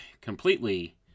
completely